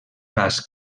gas